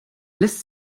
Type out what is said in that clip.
lässt